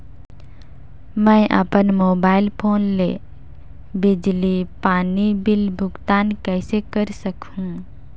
मैं अपन mobile phone ले बिजली पानी बिल भुगतान कइसे कर सकहुं?